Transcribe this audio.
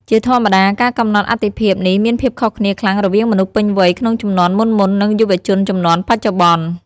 ជាធម្មតា ការកំណត់អាទិភាពនេះមានភាពខុសគ្នាខ្លាំងរវាងមនុស្សពេញវ័យក្នុងជំនាន់មុនៗ និងយុវជនជំនាន់បច្ចុប្បន្ន។